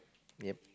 ya